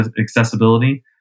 accessibility